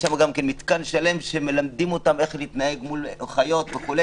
יש שם גם מתקן שלם שמלמדים אותם איך להתנהג מול חיות וכו',